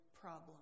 problem